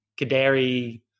Kadari